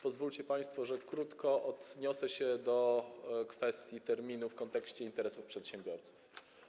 Pozwólcie państwo, że krótko odniosę się do kwestii terminów w kontekście interesu przedsiębiorców.